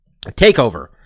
takeover